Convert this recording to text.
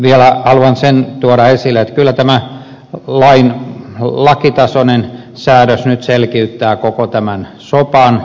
vielä haluan sen tuoda esille että kyllä tämä lakitasoinen säädös nyt selkiyttää koko tämän sopan